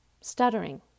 stuttering